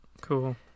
Cool